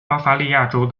巴伐利亚州